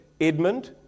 Edmund